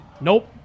Nope